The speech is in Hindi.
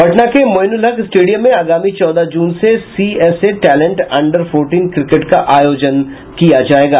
पटना के माईनुल हक स्टेडियम में अगामी चौदह जून से CSA talent under fourteen cricket का आयोजन किया जायेगा